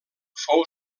fou